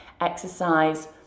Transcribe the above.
exercise